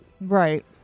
Right